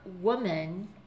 woman